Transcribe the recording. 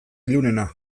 ilunena